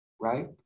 right